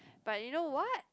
but you know what